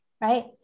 Right